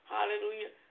Hallelujah